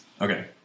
Okay